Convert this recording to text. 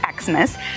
Xmas